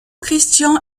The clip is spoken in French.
christian